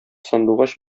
сандугач